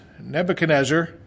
Nebuchadnezzar